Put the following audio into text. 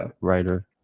writer